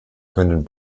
können